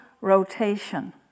rotation